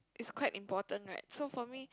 is quite important right so for me